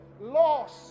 loss